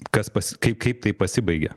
kas pas kaip kaip tai pasibaigia